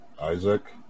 isaac